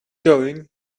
going